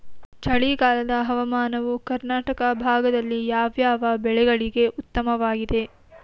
ಚಳಿಗಾಲದ ಹವಾಮಾನವು ಕರ್ನಾಟಕದ ಭಾಗದಲ್ಲಿ ಯಾವ್ಯಾವ ಬೆಳೆಗಳಿಗೆ ಉತ್ತಮವಾಗಿದೆ?